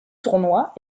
tournois